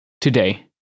Today